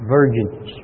Virgins